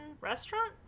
restaurant